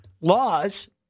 laws